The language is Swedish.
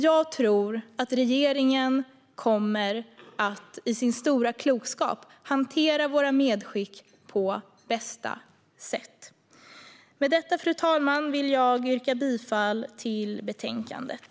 Jag tror att regeringen, med sin stora klokskap, kommer att hantera våra medskick på bästa sätt. Med detta, fru talman, vill jag yrka bifall till förslaget i betänkandet.